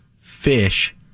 Fish